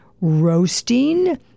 roasting